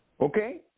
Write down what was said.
Okay